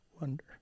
wonder